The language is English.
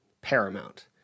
paramount